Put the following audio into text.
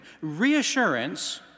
reassurance